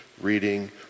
reading